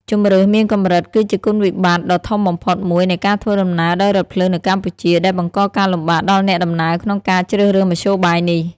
ជម្រើសមានកម្រិត គឺជាគុណវិបត្តិដ៏ធំបំផុតមួយនៃការធ្វើដំណើរដោយរថភ្លើងនៅកម្ពុជា ដែលបង្កការលំបាកដល់អ្នកដំណើរក្នុងការជ្រើសរើសមធ្យោបាយនេះ។